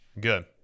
good